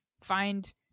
find